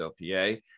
LPA